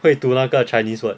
会读那个 chinese word